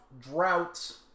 droughts